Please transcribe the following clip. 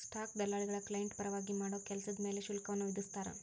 stock ದಲ್ಲಾಳಿಗಳ client ಪರವಾಗಿ ಮಾಡೋ ಕೆಲ್ಸದ್ ಮ್ಯಾಲೆ ಶುಲ್ಕವನ್ನ ವಿಧಿಸ್ತಾರ